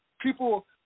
people